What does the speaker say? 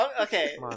Okay